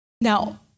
Now